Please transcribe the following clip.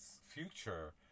future